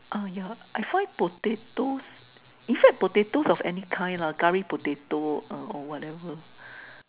uh yeah I find potatoes in fact potatoes of any kind lah curry potato or whatever